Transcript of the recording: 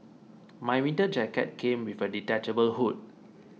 my winter jacket came with a detachable hood